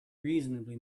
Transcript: reasonably